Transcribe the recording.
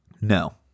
no